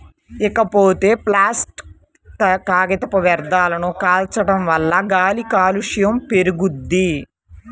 ఇకపోతే ప్లాసిట్ కాగితపు వ్యర్థాలను కాల్చడం వల్ల గాలి కాలుష్యం పెరుగుద్ది